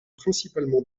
principalement